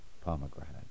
pomegranate